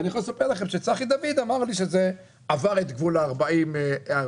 ואני יכול לספר לכם שצחי דוד אמר לי שזה עבר את גבול ה-40 מיליארד,